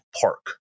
park